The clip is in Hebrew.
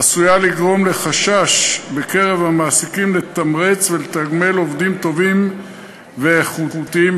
עשויה לגרום לחשש בקרב המעסיקים לתמרץ ולתגמל עובדים טובים ואיכותיים,